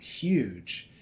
huge